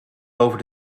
boven